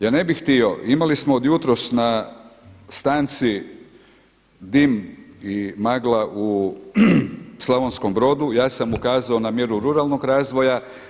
Ja ne bi htio, i imali smo od jutros na stanci dim i magla u Slavonskom Brodu, ja sam ukazao na mjeru ruralnog razvoja.